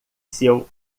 seu